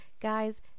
Guys